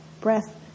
Breath